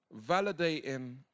validating